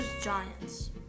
Giants